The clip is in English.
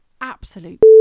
absolute